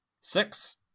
Six